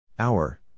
Hour